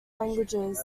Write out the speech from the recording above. languages